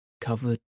covered